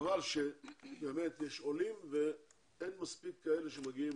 חבל שיש עולים ואין מספיק כאלה שמגיעים